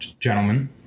Gentlemen